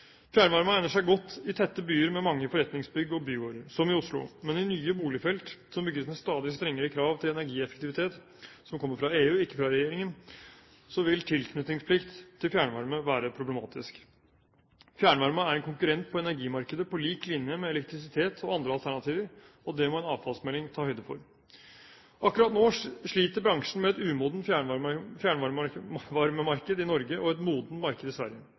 Fjernvarme egner seg godt i tette byer med mange forretningsbygg og bygårder – som i Oslo – men i nye boligfelt som bygges med stadig strengere krav til energieffektivitet, noe som kommer fra EU, ikke fra regjeringen, vil tilknytningsplikt til fjernvarme være problematisk. Fjernvarme er en konkurrent på energimarkedet, på lik linje med elektrisitet og andre alternativer, og det må en avfallsmelding ta høyde for. Akkurat nå sliter bransjen med et umodent fjernvarmemarked i Norge og et modent marked i Sverige.